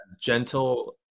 gentle